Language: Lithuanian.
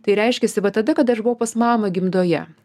tai reiškiasi va tada kada aš buvau pas mamą gimdoje